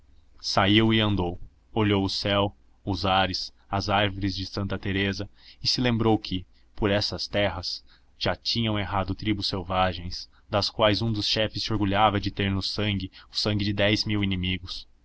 saiu e andou olhou o céu os ares as árvores de santa teresa e se lembrou que por estas terras já tinham errado tribos selvagens das quais um dos chefes se orgulhava de ter no sangue o sangue de dez mil inimigos